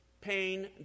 pain